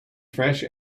fresh